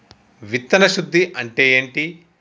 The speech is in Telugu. విత్తన శుద్ధి అంటే ఏంటి?